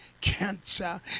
cancer